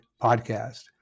podcast